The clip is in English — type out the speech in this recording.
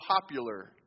popular